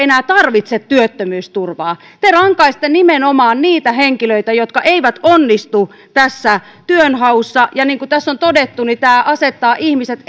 enää tarvitse työttömyysturvaa te rankaisette nimenomaan niitä henkilöitä jotka eivät onnistu työnhaussa ja niin kuin tässä on todettu tämä asettaa ihmiset